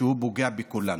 שפוגע בכולנו,